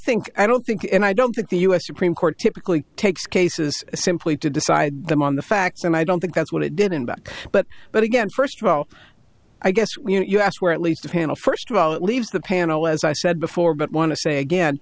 think i don't think and i don't think the u s supreme court typically takes cases simply to decide them on the facts and i don't think that's what it did in back but but again first well i guess you know us we're at least a panel first of all it leaves the panel as i said before but want to say again